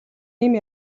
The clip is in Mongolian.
ийм